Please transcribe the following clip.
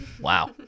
Wow